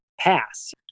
pass